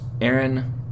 Aaron